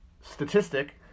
statistic